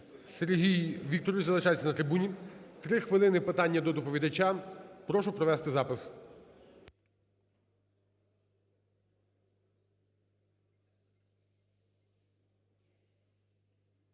Сергій Вікторович, залишайтеся на трибуні. 3 хвилини питання до доповідача. Прошу провести запис.